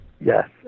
Yes